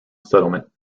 settlement